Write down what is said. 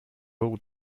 all